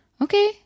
Okay